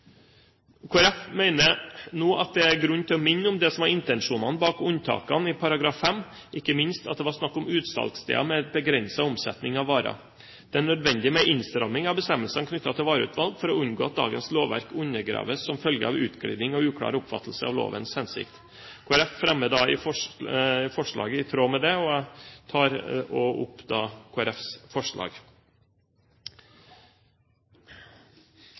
Folkeparti mener at det er grunn til å minne om det som var intensjonen bak unntakene i § 5 – ikke minst at det var snakk om utsalgssteder med begrenset omsetning av varer. Det er nødvendig med innstramming av bestemmelsene knyttet til vareutvalg for å unngå at dagens lovverk undergraves som følge av utglidning og uklar oppfattelse av lovens hensikt. Kristelig Folkeparti fremmer forslag i tråd med det, og jeg tar da opp Kristelig Folkepartis forslag.